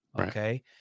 Okay